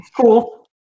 cool